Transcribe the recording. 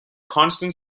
constant